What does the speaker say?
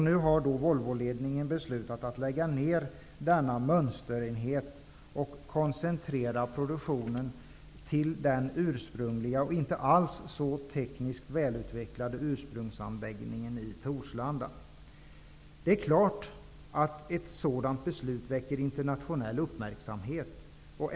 Nu har Volvo beslutat lägga ner denna mönsterenhet och koncentrera produktionen till den ursprungliga och inte alls så tekniskt utvecklade anläggningen i Torslanda. Det är klart att ett sådant beslut väcker internationell uppmärksamhet.